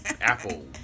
apple